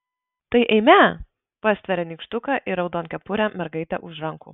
tai eime pastveria nykštuką ir raudonkepurę mergaitę už rankų